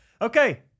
Okay